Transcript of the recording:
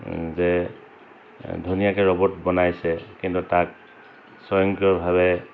যে ধুনীয়াকৈ ৰ'বত বনাইছে কিন্তু তাক স্বয়ংক্ৰিয়ভাৱে